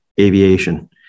aviation